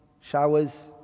Showers